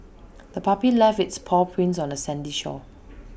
the puppy left its paw prints on the sandy shore